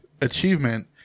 achievement